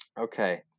Okay